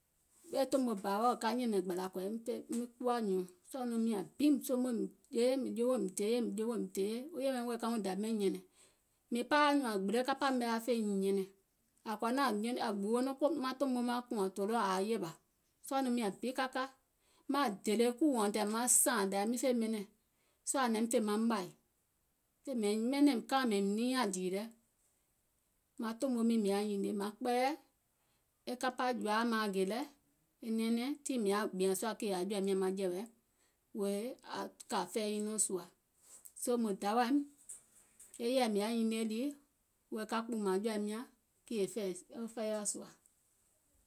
mìŋ paawȧ nyùùŋ ȧŋ gbile kapȧ mɛ̀ aŋ fèiŋ nyɛ̀nɛ̀ŋ, ȧ kɔ̀ȧ nɔŋ ȧŋ gbuwo nɔŋ maŋ tòmo mȧŋ kùȧŋ tòloò ȧuŋ yèwȧ, sɔɔ̀ nɔŋ miȧŋ bi ka ka, maŋ dèlè kùù until maŋ sààŋ dai miŋ fè ɓɛnɛ̀ŋ sɔɔ̀ ȧŋ naim fè maŋ mȧì fè mɛ̀iŋ ɓɛnɛ̀ŋ, kaaìŋ mɛ̀iŋ niiȧŋ dìì lɛ, maŋ tòmo miiŋ mìŋ yaȧ nyinie, maŋ kpɛɛyɛ̀ e kapȧ jɔ̀ȧa maaŋ gè lɛ, maiŋ ɓèmè tiŋ mìŋ yaȧ gbìȧŋ sùȧ kèè aŋ jɔ̀ȧim nyȧŋ maŋjɛ̀wɛ, wèè aŋ kȧ fɛi nyiŋ nɔɔ̀ŋ sùȧ, soo sèè mùŋ dawȧìm, e yèɛ mìŋ yaȧ nyinieɛ̀ lii wèé ka kpúùmȧŋ jɔ̀ȧim nyȧŋ kèè fɛiɔ̀ sùȧ,